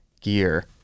gear